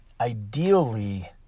ideally